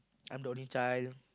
I'm the only child